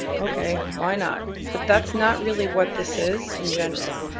okay, why not. but that's not really what this is in general.